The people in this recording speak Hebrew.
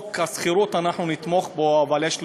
החיים שלהם וביטחונם הם הפקר.